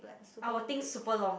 our things super long